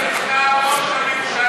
כמה פעמים נחקר ראש הממשלה?